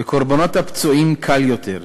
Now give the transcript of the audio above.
בקורבנות הפצועים קל יותר,